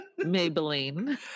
maybelline